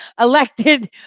elected